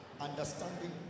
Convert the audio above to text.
Understanding